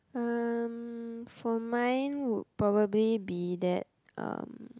um for mine would probably be that um